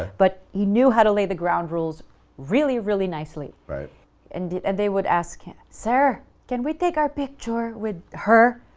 but he knew how to lay the ground rules really really nicely. and and they would ask him, sir can we take our picture with her?